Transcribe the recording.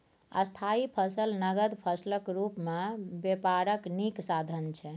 स्थायी फसल नगद फसलक रुप मे बेपारक नीक साधन छै